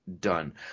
done